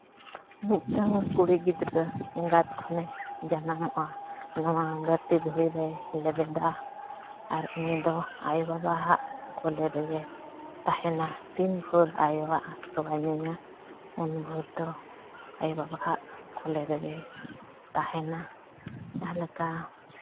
ᱢᱤᱫᱴᱟᱱ ᱠᱩᱲᱤ ᱜᱤᱫᱽᱨᱟᱹ ᱮᱸᱜᱟᱛ ᱠᱷᱚᱱᱮ ᱡᱟᱱᱟᱢᱚᱜᱼᱟ ᱱᱚᱣᱟ ᱫᱷᱟᱹᱨᱛᱤ ᱫᱷᱩᱲᱤ ᱨᱮ ᱞᱮᱵᱮᱫᱟ ᱟᱨ ᱩᱱᱤ ᱫᱚ ᱟᱭᱳ ᱵᱟᱵᱟᱣᱟᱜ ᱠᱚᱞᱮ ᱨᱮᱜᱮᱭ ᱛᱟᱦᱮᱱᱟ ᱛᱤᱱ ᱵᱷᱳᱨ ᱟᱭᱳᱣᱟᱜ ᱛᱚᱣᱟᱭ ᱧᱩᱭᱟ ᱩᱱ ᱵᱷᱳᱨ ᱫᱚ ᱟᱭᱳᱼᱵᱟᱵᱟᱣᱟᱜ ᱠᱚᱞᱮ ᱨᱮᱜᱮᱭ ᱛᱟᱦᱮᱱᱟ ᱡᱟᱦᱟᱸ ᱞᱮᱠᱟ